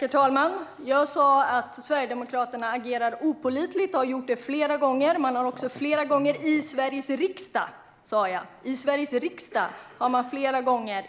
Herr talman! Jag sa att Sverigedemokraterna agerar opålitligt och har gjort det flera gånger. Ni har också flera gånger i Sveriges riksdag, sa jag,